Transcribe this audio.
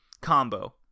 combo